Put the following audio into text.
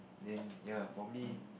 then ya probably